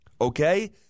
Okay